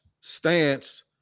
stance